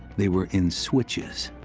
they were in switches.